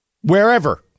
wherever